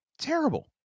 terrible